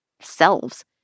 selves